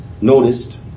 noticed